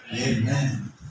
Amen